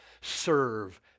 serve